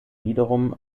wiederum